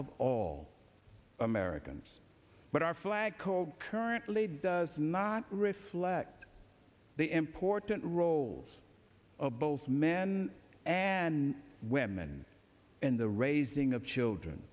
of all americans but our flag called currently does not reflect the important roles of both men and women in the raising of children